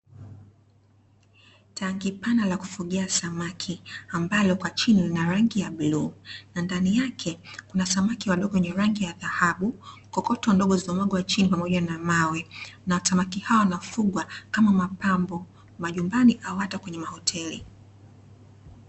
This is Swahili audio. Tanki pana la kufugia samaki, ambalo kwa chini lina rangi ya bluu, na ndani yake kuna samaki wadogo wenye rangi ya dhahabu, kokoto ndogo zilizomwagwa chini pamoja na mawe. Na samaki hao wanafungwa kama mapambo majumbani au hata kwenye mahoteli.